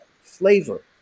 flavor